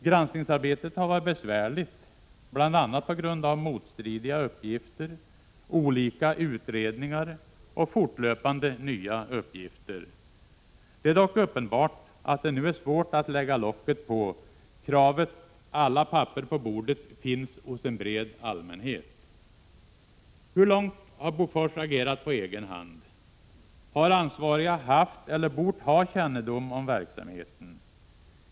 Granskningsarbetet har varit besvärligt, bl.a. på grund av motstridiga uppgifter, olika utredningar och fortlöpande nya uppgifter. Det är dock uppenbart att det nu är svårt att lägga locket på. Kravet alla papper på bordet finns hos en bred allmänhet. Hur långt har Bofors agerat på egen hand? Har ansvariga haft eller bort ha kännedom om verksamheten?